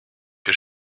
que